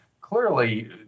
Clearly